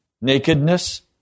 nakedness